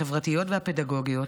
החברתיות והפדגוגיות,